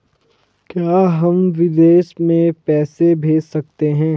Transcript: क्या हम विदेश में पैसे भेज सकते हैं?